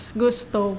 gusto